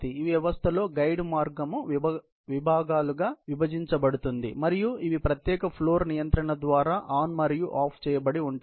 ఈ వ్యవస్థలో గైడ్ మార్గం విభాగాలుగా విభజించబడుతుంది మరియు అవి ప్రత్యేక ఫ్లోర్ నియంత్రణ ద్వారా ఆన్ మరియు ఆఫ్ చేయబడిఉంటాయి